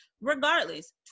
regardless